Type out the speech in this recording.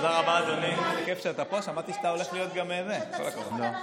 כל אחד שעולה מפחיד אותנו יותר.